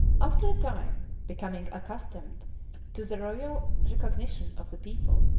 after a time, becoming accustomed to the loyal recognition of the people,